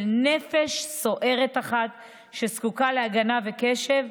של נפש סוערת אחת שזקוקה להגנה וקשב,